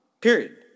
Period